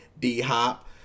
D-Hop